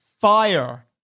Fire